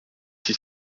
six